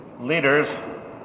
leaders